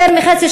יותר מחצי,